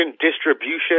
distribution